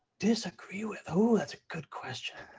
disagree with. ooh, that's a good question.